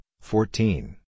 fourteen